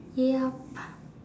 yup